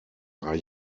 are